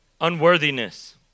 Unworthiness